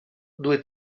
due